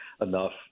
enough